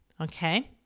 okay